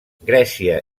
grècia